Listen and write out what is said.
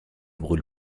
brûle